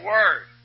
Word